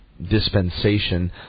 dispensation